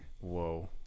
whoa